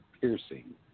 Piercing